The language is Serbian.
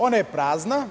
Ona je prazna.